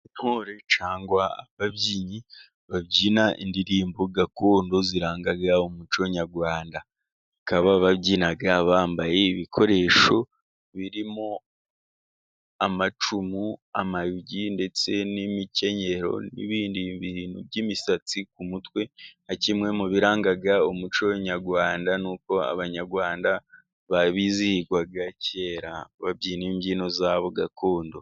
intore cyangwa ababyinnyi babyina indirimbo gakondo ziranga umuco nyarwanda, akaba babyina bambaye ibikoresho birimo amacumu, amayugi ndetse n'imikenyero n'ibindi bintu by'imisatsi ku mutwe nka kimwe mu biranga umuco nyarwanda, n'ubwo Abanyarwanda bizihirwaga kera babyina imbyino zabo gakondo.